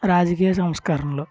రాజకీయ సంస్కరణలు